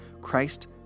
Christ